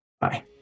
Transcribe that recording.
Bye